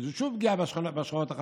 שזו שוב פגיעה בשכבות החלשות.